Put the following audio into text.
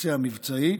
בקצה המבצעי,